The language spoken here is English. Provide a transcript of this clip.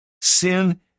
Sin